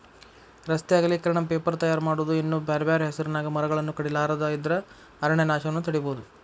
ರಸ್ತೆ ಅಗಲೇಕರಣ, ಪೇಪರ್ ತಯಾರ್ ಮಾಡೋದು ಇನ್ನೂ ಬ್ಯಾರ್ಬ್ಯಾರೇ ಹೆಸರಿನ್ಯಾಗ ಮರಗಳನ್ನ ಕಡಿಲಾರದ ಇದ್ರ ಅರಣ್ಯನಾಶವನ್ನ ತಡೇಬೋದು